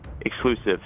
exclusive